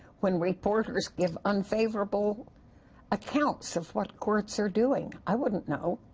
when reporters give unfavorable accounts of what courts are doing. i wouldn't know.